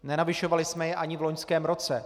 Nenavyšovali jsme je ani v loňském roce.